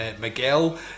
Miguel